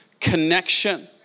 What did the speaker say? connection